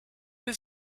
does